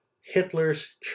Hitler's